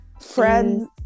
friends